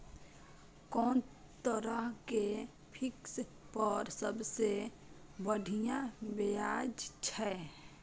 कोन तरह के फिक्स पर सबसे बढ़िया ब्याज छै?